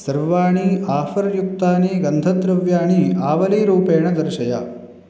सर्वाणि आफ़र् युक्तानि गन्धद्रव्याणि आवलीरूपेण दर्शय